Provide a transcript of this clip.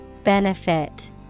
Benefit